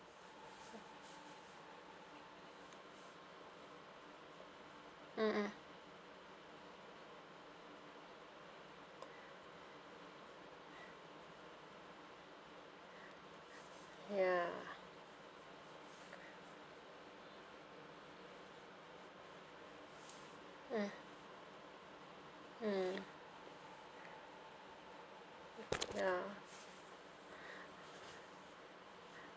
mm mm ya mm ya